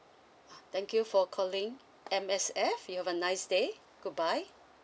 thank you for calling M_S_F you have a nice day goodbye